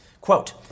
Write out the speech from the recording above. Quote